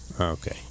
okay